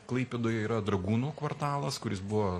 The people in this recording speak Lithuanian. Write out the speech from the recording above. klaipėdoje yra dragūnų kvartalas kuris buvo